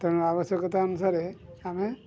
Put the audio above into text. ତେଣୁ ଆବଶ୍ୟକତା ଅନୁସାରରେ ଆମେ